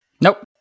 Nope